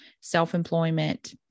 self-employment